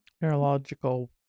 neurological